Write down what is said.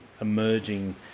emerging